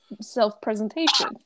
self-presentation